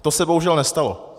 To se bohužel nestalo.